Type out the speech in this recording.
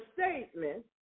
statement